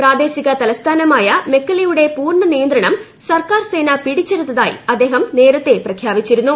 പ്രാദേശിക തലസ്ഥാനമായക്ക് മെക്കല്ലെയുടെ പൂർണ്ണ നിയന്ത്രണം സർക്കാർ സേന എട്ടിച്ച്ചടുത്തതായി അദ്ദേഹം നേരത്തെ പ്രഖ്യാപിച്ചിരുന്നു